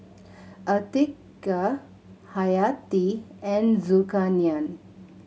Atiqah Hayati and Zulkarnain